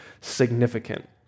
significant